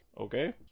Okay